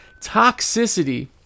toxicity